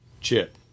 Chip